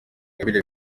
ingabire